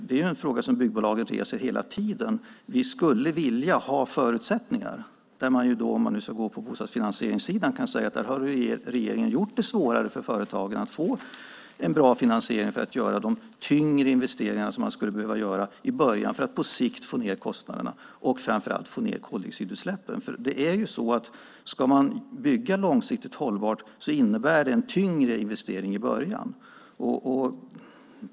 Det är en fråga som byggbolagen hela tiden reser. Vi skulle vilja ha förutsättningar. Om man ska gå på bostadsfinansieringssidan har regeringen gjort det svårare för företagen att få en bra finansiering för att göra de tyngre investeringar som man skulle behöva göra för att på sikt få ned kostnaderna och framför allt koldioxidutsläppen. Ska man bygga långsiktigt hållbart innebär det en tyngre investering i början.